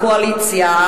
הקואליציה,